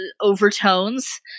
overtones